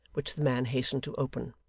which the man hastened to open.